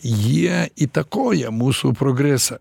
jie įtakoja mūsų progresą